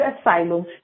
asylum